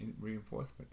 reinforcement